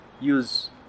use